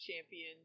champion